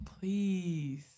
Please